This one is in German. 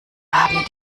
haben